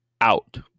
out